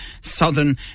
Southern